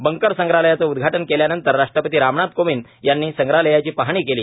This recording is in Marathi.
बंकर संग्रहालयाचे उद्घाटन केल्यानंतर राष्ट्रपती रामनाथ कोविंद यांनी संग्रहालयाची पाहणी केली